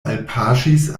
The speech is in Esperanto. alpaŝis